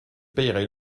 paierai